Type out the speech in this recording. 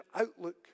outlook